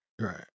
Right